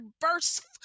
burst